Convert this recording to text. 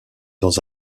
dans